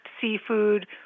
seafood